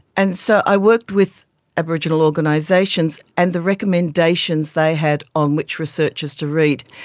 and so i worked with aboriginal organisations and the recommendations they had on which researchers to read.